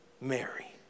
Mary